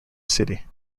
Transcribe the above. city